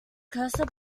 cursor